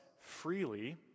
freely